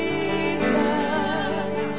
Jesus